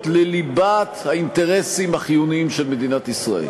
בליבת האינטרסים החיוניים של מדינת ישראל.